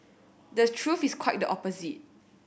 the truth is quite the opposite